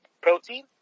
protein